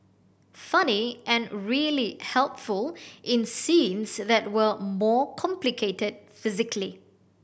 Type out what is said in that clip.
funny and really helpful in scenes that were more complicated physically